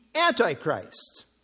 Antichrist